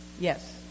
Yes